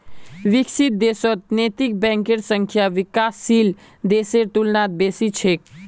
विकसित देशत नैतिक बैंकेर संख्या विकासशील देशेर तुलनात बेसी छेक